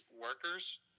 workers